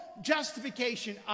justification